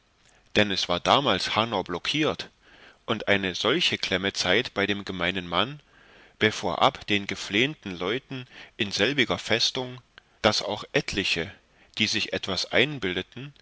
dann es war damals hanau blockiert und eine solche klemme zeit bei dem gemeinen mann bevorab den geflehnten leuten in selbiger festung daß auch etliche die sich etwas einbildeten